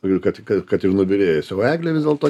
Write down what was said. todėl kad kad ir nubyrėjus o eglė vis dėlto